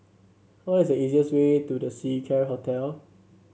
what is the easiest way to The Seacare Hotel